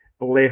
left